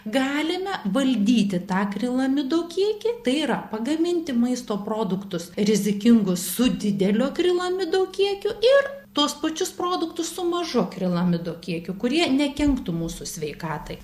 galime valdyti tą akrilamido kiekį tai yra pagaminti maisto produktus rizikingus su dideliu akrilamido kiekiu ir tuos pačius produktus su mažu akrilamido kiekiu kurie nekenktų mūsų sveikatai